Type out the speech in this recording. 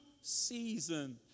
season